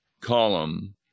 column